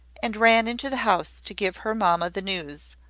and ran into the house to give her mamma the news,